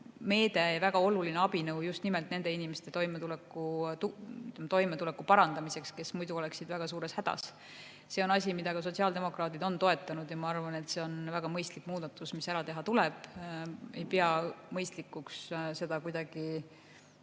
meede, väga oluline abinõu just nimelt nende inimeste toimetuleku parandamiseks, kes muidu oleksid väga suures hädas. See on asi, mida ka sotsiaaldemokraadid on toetanud, ja ma arvan, et see on väga mõistlik muudatus, mis tuleb ära teha. Ma ei pea mõistlikuks seda kuidagi